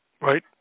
Right